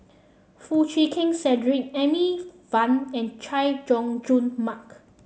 Foo Chee Keng Cedric Amy Van and Chay Jung Jun Mark